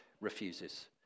refuses